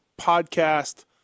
podcast